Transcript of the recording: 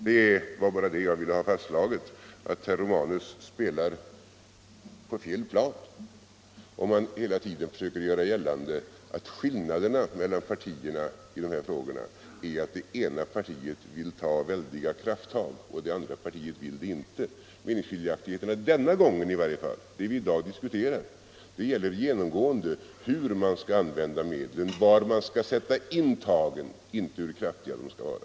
Det var bara det jag ville ha fastslaget — att herr Romanus spelar på fel plan om han hela tiden försöker göra gällande att skillnaden mellan partierna i dessa frågor är att det ena partiet vill ta väldiga krafttag och det andra partiet inte vill göra det. Meningsskiljaktigheterna denna gång i varje fall — det vi i dag diskuterar — gäller genomgående hur man skall använda medlen, var man skall sätta in tagen, inte hur kraftiga de skall vara.